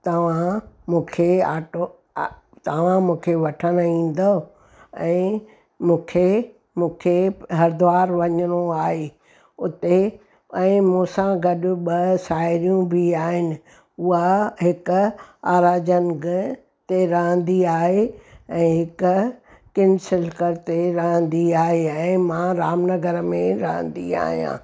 तव्हां मूंखे ऑटो आहे तव्हां मूंखे वठणु ईंदो ऐं मूंखे मूंखे हरिद्वार वञिणो आहे उते ऐं मूंसां गॾु ॿ साहेड़ियूं बि आहिनि उहा हिकु आराजंग ते रहंदी आहे ऐं हिकु किन्सलगढ़ ते रहंदी आए ऐं मां रामनगर में रहंदी आहियां